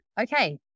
okay